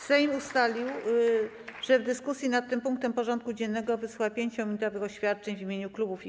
Sejm ustalił, że w dyskusji nad tym punktem porządku dziennego wysłucha 5-minutowych oświadczeń w imieniu klubów i kół.